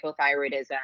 hypothyroidism